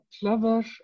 clever